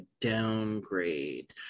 downgrade